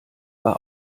war